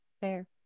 fair